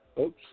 oops